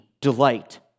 delight